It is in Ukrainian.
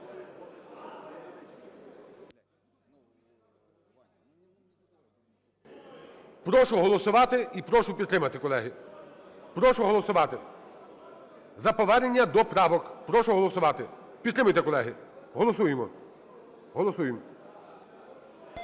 Прошу голосувати і прошу підтримати, колеги. Прошу голосувати за повернення до правок. Прошу голосувати. Підтримайте, колеги! Голосуємо, голосуємо.